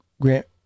grant